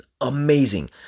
Amazing